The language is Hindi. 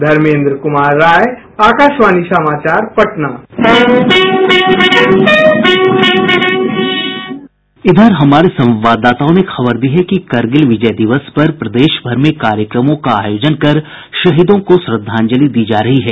धर्मेन्द्र कुमार राय आकाशवाणी समाचार पटना इधर हमारे संवाददाताओं ने खबर दी है कि करगिल विजय दिवस पर प्रदेश भर में कार्यक्रमों का आयोजन कर शहीदों को श्रद्धांजलि दी जा रही है